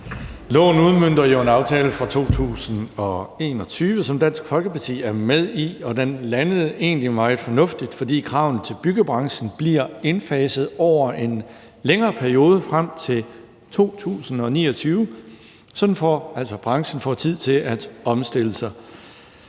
udmønter jo en aftale fra 2021, som Dansk Folkeparti er med i, og den landede egentlig meget fornuftigt, fordi kravene til byggebranchen bliver indfaset over en længere periode frem til 2029, sådan at branchen altså får tid til at omstille sig.